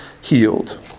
healed